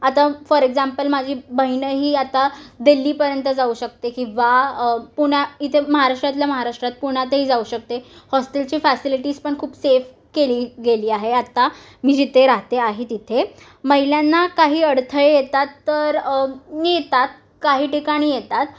आता for example माझी बहिणही आता दिल्लीपर्यंत जाऊ शकते किंवा पुणे इथे महाराष्ट्रातल्या महाराष्ट्रात पुण्यातही जाऊ शकते हॉस्टेलची फॅसिलिटीज पण खूप सेफ केली गेली आहे आत्ता मी जिथे राहते आहे तिथे महिलांना काही अडथळे येतात तर नी येतात काही ठिकाणी येतात